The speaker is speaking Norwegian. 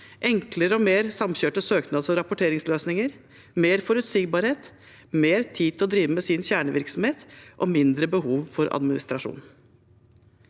enklere og mer samkjørte søknadsog rapporteringsløsninger, mer forutsigbarhet, mer tid til å drive med sin kjernevirksomhet og mindre behov for administrasjon.